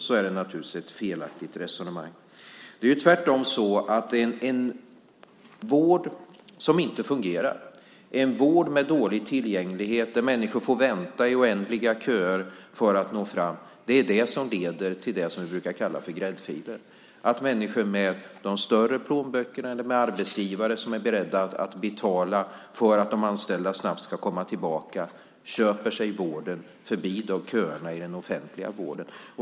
Det är naturligtvis ett felaktigt resonemang. Det är tvärtom så att en vård som inte fungerar, en vård med dålig tillgänglighet där människor får vänta i oändliga köer är det som leder till vad som brukar kallas för gräddfilen. Människor med de större plånböckerna eller med arbetsgivare som är beredda att betala för att de anställda snabbt ska komma tillbaka köper sig vården förbi köerna i den offentliga vården.